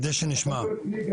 חשבתי,